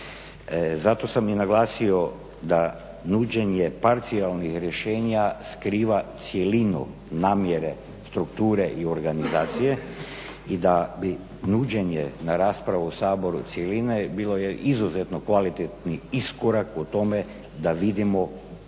Zato sam i naglasio da nuđenje parcijalnih rješenja skriva cjelinu namjere strukture i organizacije i da bi nuđenje na raspravu u Saboru cjeline bilo je izuzetno kvalitetni iskorak o tome da vidimo u